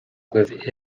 agaibh